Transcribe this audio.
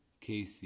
Casey